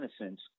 innocence